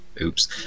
Oops